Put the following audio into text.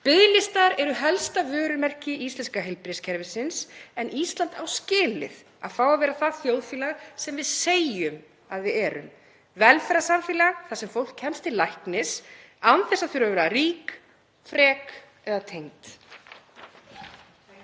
Biðlistar eru helsta vörumerki íslenska heilbrigðiskerfisins en Ísland á skilið að fá að vera það þjóðfélag sem við segjumst vera; velferðarsamfélag þar sem fólk kemst til læknis án þess að þurfa að vera ríkt, frekt eða tengt.